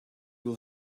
will